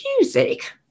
Music